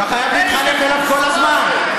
אתה חייב להתחנף אליו כל הזמן?